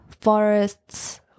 forests